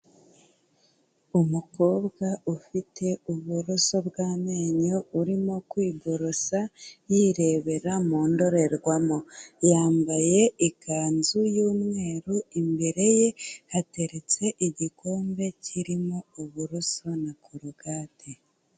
Umukobwa ufite uburoso bw'amenyo urimo kwiborosa, yirebera mu ndorerwamo. Yambaye ikanzu y'umweru, imbere ye hateretse igikombe kirimo uburoso na korogate.